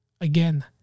Again